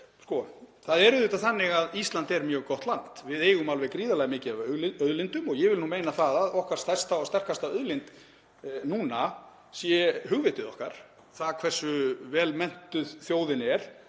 Það er auðvitað þannig að Ísland er mjög gott land. Við eigum alveg gríðarlega mikið af auðlindum og ég vil meina það að okkar stærsta og sterkasta auðlind núna sé hugvitið okkar, það hversu vel menntuð þjóðin er